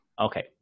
Okay